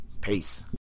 Peace